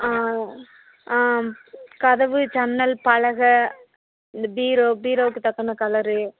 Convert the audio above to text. ஆ ஆ கதவு ஜன்னல் பலகை இந்த பீரோ பீரோவுக்கு தக்கின கலரு